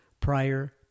prior